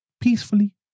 peacefully